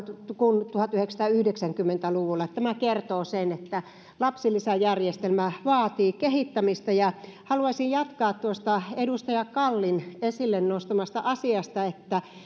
kuin tuhatyhdeksänsataayhdeksänkymmentä luvulla tämä kertoo sen että lapsilisäjärjestelmä vaatii kehittämistä haluaisin jatkaa tuosta edustaja kallin esille nostamasta asiasta